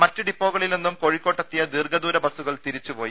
മറ്റ് ഡിപ്പോകളിൽ നിന്നും കോഴിക്കോട്ടെത്തിയ ദീർഘദൂര ബസുകൾ തിരിച്ചുപോയി